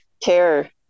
care